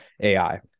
AI